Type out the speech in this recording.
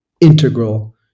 integral